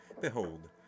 Behold